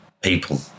people